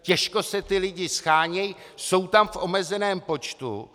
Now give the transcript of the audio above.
Těžko se ti lidi shánějí, jsou tam v omezeném počtu.